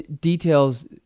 details